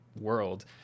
world